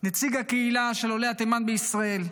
נציג הקהילה של עולי תימן בישראל,